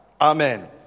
Amen